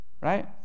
right